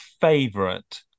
favorite